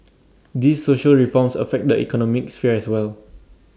these social reforms affect the economic sphere as well